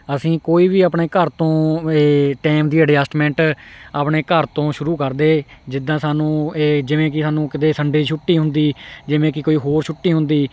ਅਸੀਂ ਕੋਈ ਵੀ ਆਪਣੇ ਘਰ ਤੋਂ ਇਹ ਟੈਮ ਦੀ ਐਡਜਸਟਮੈਂਟ ਆਪਣੇ ਘਰ ਤੋਂ ਸ਼ੁਰੂ ਕਰਦੇ ਜਿੱਦਾਂ ਸਾਨੂੰ ਇਹ ਜਿਵੇਂ ਕਿ ਸਾਨੂੰ ਕਿਤੇ ਸੰਡੇ ਛੁੱਟੀ ਹੁੰਦੀ ਜਿਵੇਂ ਕਿ ਕੋਈ ਹੋ ਛੁੱਟੀ ਹੁੰਦੀ